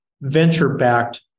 venture-backed